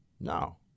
No